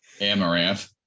Amaranth